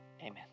Amen